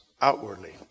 outwardly